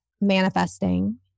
manifesting